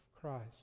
Christ